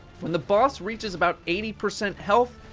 when the boss reaches about eighty percent health,